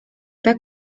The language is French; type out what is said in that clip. pas